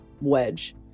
wedge